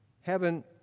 Heaven